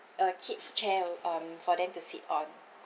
a kids chair um for them to sit on